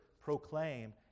proclaim